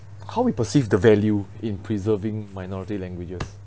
how we perceive the value in preserving minority languages